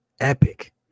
epic